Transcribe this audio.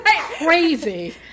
crazy